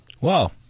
Wow